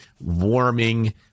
warming